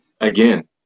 again